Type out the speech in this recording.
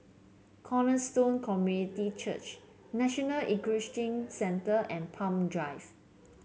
Cornerstone Community Church National Equestrian Centre and Palm Drive